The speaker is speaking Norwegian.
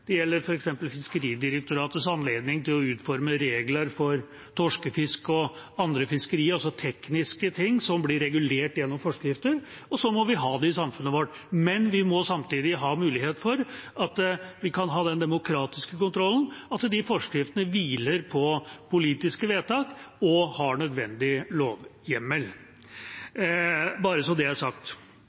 Fiskeridirektoratets anledning til å utforme regler for torskefiske og andre fiskerier, altså tekniske ting som blir regulert gjennom forskrifter. Slik må vi ha det i samfunnet vårt, men vi må samtidig ha mulighet for å kunne ha den demokratiske kontrollen at de forskriftene hviler på politiske vedtak og har nødvendig lovhjemmel – bare så det er sagt.